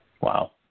Wow